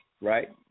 right